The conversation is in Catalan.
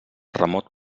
remot